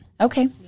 Okay